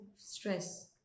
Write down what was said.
stress